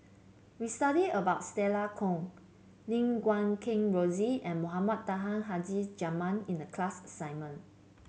we studied about Stella Kon Lim Guat Kheng Rosie and Mohamed Taha Haji Jamil in the class assignment